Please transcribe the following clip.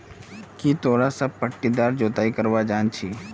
की तोरा सब पट्टीदार जोताई करवा जानछी